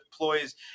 employees